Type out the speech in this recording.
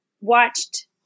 watched